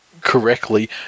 correctly